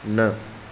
न